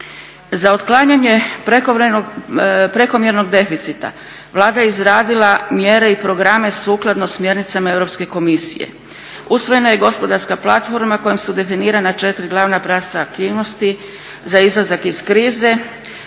Za otklanjanje prekomjernog deficita Vlada je izradila mjere i programe sukladno smjernicama Europske komisije. Usvojena je gospodarska platforma kojom su definirana 4 glavna pravca aktivnosti za izlazak iz krize,